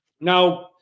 Now